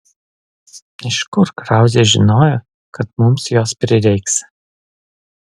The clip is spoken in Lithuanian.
iš kur krauzė žinojo kad mums jos prireiks